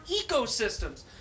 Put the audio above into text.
ecosystems